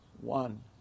One